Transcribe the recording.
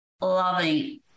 loving